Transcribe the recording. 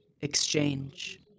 Exchange